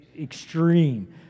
extreme